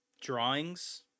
drawings